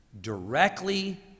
directly